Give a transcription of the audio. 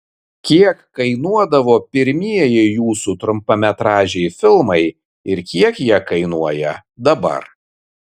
kiek kainuodavo pirmieji jūsų trumpametražiai filmai ir kiek jie kainuoja dabar